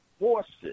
forces